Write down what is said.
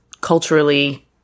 culturally